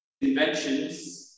inventions